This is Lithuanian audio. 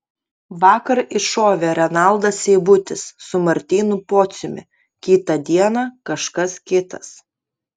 vakar iššovė renaldas seibutis su martynu pociumi kitą dieną kažkas kitas